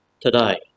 today